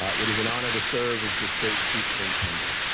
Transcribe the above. ah it is an honor to serve as your state superintendent.